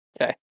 Okay